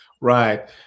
Right